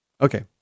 Okay